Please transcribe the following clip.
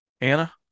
Anna